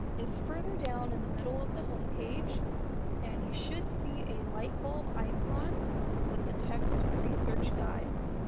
is further down in the middle of the home page and you should see a light bulb icon with the text research guides.